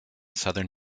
southern